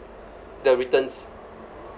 the returns